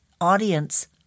audience